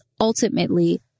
ultimately